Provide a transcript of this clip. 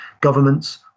governments